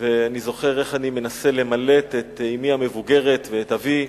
ואני זוכר איך אני מנסה למלט את אמי המבוגרת ואת אבי,